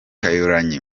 kyagulanyi